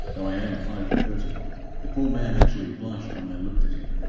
though i am five-and-thirty the poor man actually blushed when i looked at him!